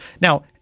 Now